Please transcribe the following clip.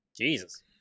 jesus